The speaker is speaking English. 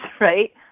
right